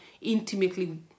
intimately